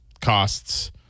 costs